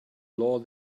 law